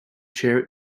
share